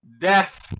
Death